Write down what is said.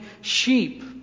sheep